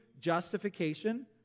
justification